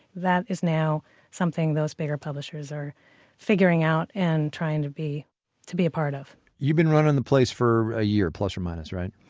that is now something those bigger publishers are figuring out and trying to be to be a part of you've been running the place for a year plus or minus, right?